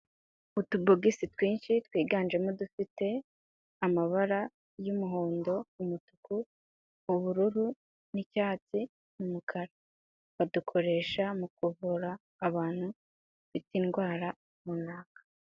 Utu bogisi twinshi twiganjemo udufite amabara y'umuhondo, umutuku, ubururu, n'icyatsi n'umukara, badukoresha mu kuvura abantu bafite indwara runaka.